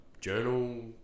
journal